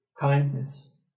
kindness